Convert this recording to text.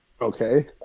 Okay